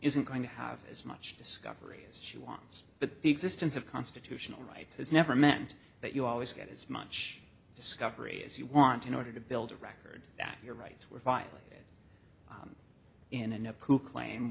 isn't going to have as much discovery as she wants but the existence of constitutional rights has never meant that you always get as much discovery as you want in order to build a record that your rights were violated in an up to claim